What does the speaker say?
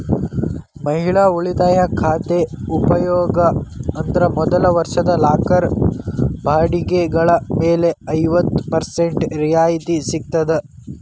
ಮಹಿಳಾ ಉಳಿತಾಯ ಖಾತೆ ಉಪಯೋಗ ಅಂದ್ರ ಮೊದಲ ವರ್ಷದ ಲಾಕರ್ ಬಾಡಿಗೆಗಳ ಮೇಲೆ ಐವತ್ತ ಪರ್ಸೆಂಟ್ ರಿಯಾಯಿತಿ ಸಿಗ್ತದ